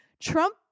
Trump